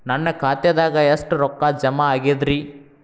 ನನ್ನ ಖಾತೆದಾಗ ಎಷ್ಟ ರೊಕ್ಕಾ ಜಮಾ ಆಗೇದ್ರಿ?